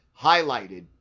highlighted